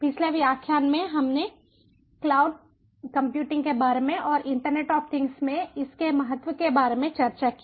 पिछले व्याख्यान में हमने क्लाउड कंप्यूटिंग के बारे में और इंटरनेट ऑफ थिंग्स में इसके महत्व के बारे में चर्चा की